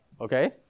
okay